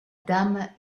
dame